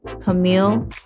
Camille